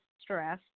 stress